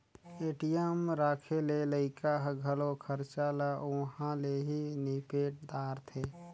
ATM राखे ले लइका ह घलो खरचा ल उंहा ले ही निपेट दारथें